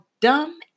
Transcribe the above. dumb